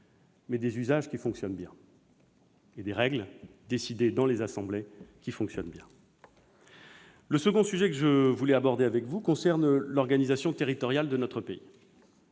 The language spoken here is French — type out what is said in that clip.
mais aussi des usages et des règles qu'adoptent les assemblées et qui fonctionnent bien. Le second sujet que je voulais aborder avec vous concerne l'organisation territoriale de notre pays.